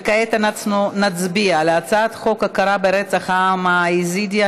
וכעת אנחנו נצביע על הצעת חוק הכרה ברצח העם היזידי,